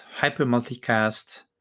hypermulticast